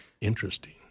Interesting